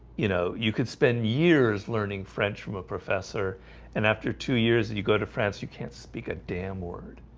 you know, you could spend years learning french from a professor and after two years and you go to france you can't speak a damn word,